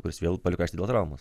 kuris vėl paliko aikštę dėl traumos